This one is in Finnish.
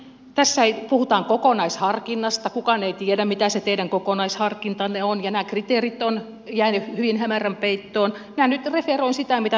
tässä puhutaan kokonaisharkinnasta ja kukaan ei tiedä mitä se teidän kokonaisharkintanne on ja nämä kriteerit ovat jääneet hyvin hämärän peittoon minä nyt referoin sitä mitä minä kuulin siellä kentällä